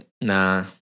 Nah